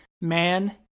man